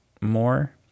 more